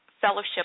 fellowship